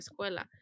escuela